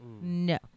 No